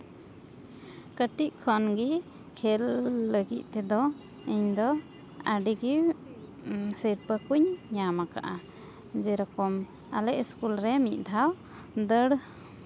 ᱠᱟᱹᱴᱤᱡ ᱠᱷᱚᱱᱜᱮ ᱠᱷᱮᱞ ᱞᱟᱹᱜᱤᱫ ᱛᱮᱫᱚ ᱤᱧᱫᱚ ᱟᱹᱰᱤᱜᱮ ᱥᱤᱨᱯᱟᱹ ᱠᱚᱧ ᱧᱟᱢ ᱠᱟᱜᱼᱟ ᱡᱮᱨᱚᱠᱚᱢ ᱟᱞᱮ ᱤᱥᱠᱩᱞ ᱨᱮ ᱢᱤᱫ ᱫᱷᱟᱣ ᱫᱟᱹᱲ